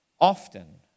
often